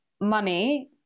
money